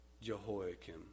Jehoiakim